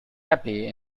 happy